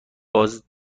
باز